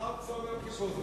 מחר צום יום כיפור.